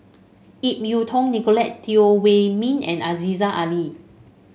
Ip Yiu Tung Nicolette Teo Wei Min and Aziza Ali